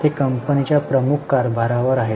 ते कंपनीच्या प्रमुख कारभारावर आहेत